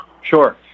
Sure